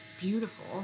beautiful